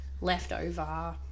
leftover